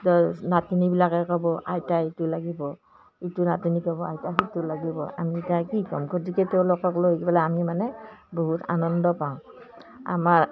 নাতিনীবিলাকে ক'ব আইতা এইটো লাগিব ইটো নাতিনীয়ে ক'ব আইতা সিটো লাগিব আমি এতিয়া কি ক'ম গতিকে তেওঁলোকক লৈ আহি পেলাই আমি মানে বহুত আনন্দ পাওঁ আমাৰ